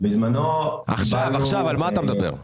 עכשיו על מה אתה מדבר?